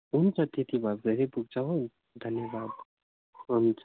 हुन्छ त्यति भए धेरै पुग्छ हो धन्यवाद हुन्छ